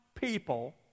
people